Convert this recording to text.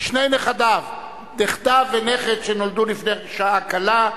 שני נכדיו, נכדה ונכד, לפני שעה קלה.